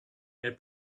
and